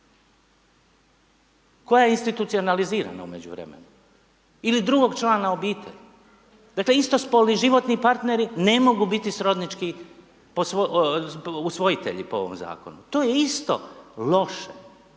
Koja institucionalizirana u međuvremenu ili drugog člana u obitelji. Dakle, istospolni životni partneri, ne mogu biti srodnički usvojitelji u ovom zakonu, to je isto loše,